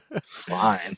Fine